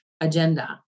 agenda